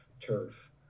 turf